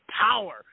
power